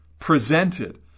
presented